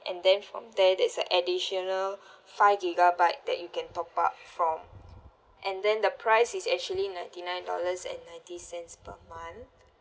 and then from there there's a additional five gigabyte that you can top up from and then the price is actually ninety nine dollars and ninety cents per month